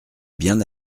bien